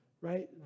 right